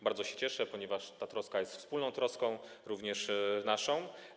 Bardzo się cieszę, ponieważ ta troska jest wspólną troską, również naszą.